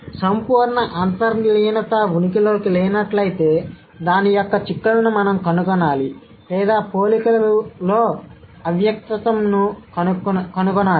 కాబట్టి సంపూర్ణ అంతర్లీనత ఉనికిలో లేనట్లయితే దాని యొక్క చిక్కులను మనం కనుగొనాలి లేదా పోలికల లో అవ్యక్తత్వంను కనుగొనాలి